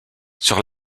sur